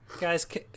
guys